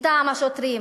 מטעם השוטרים